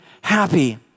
happy